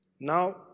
Now